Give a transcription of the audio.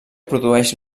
produeix